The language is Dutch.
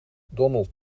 donald